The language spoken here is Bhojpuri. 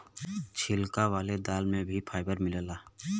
छिलका वाले दाल में भी फाइबर मिलला